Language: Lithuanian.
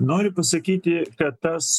noriu pasakyti kad tas